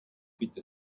bitte